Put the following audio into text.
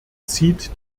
zieht